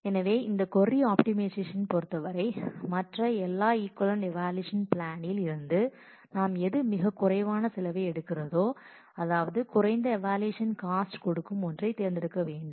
எனவே இந்த query optimisation பொறுத்தவரை மற்ற எல்லா ஈக்விவலெண்ட் ஈவாலுவேஷன் பிளானில் இருந்து நாம் எது மிகக் குறைவான செலவை கொடுக்கிறதோ அதாவது குறைந்த ஈவாலுவேஷன் காஸ்ட் கொடுக்கும் ஒன்றைத் தேர்ந்தெடுக்க வேண்டும்